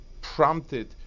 prompted